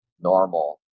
normal